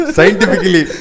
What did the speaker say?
Scientifically